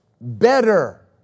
better